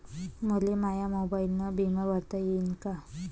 मले माया मोबाईलनं बिमा भरता येईन का?